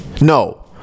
No